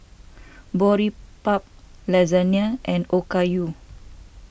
Boribap Lasagna and Okayu